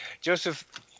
Joseph